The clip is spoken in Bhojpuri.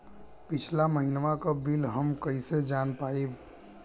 पिछला महिनवा क बिल हम कईसे जान पाइब?